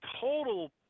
total